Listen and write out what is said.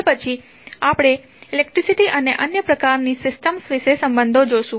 તે પછી આપણે ઇલેક્ટ્રિસીટી અને અન્ય પ્રકારની સિસ્ટમ્સ વચ્ચેના સંબંધો જોશું